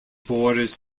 borders